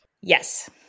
Yes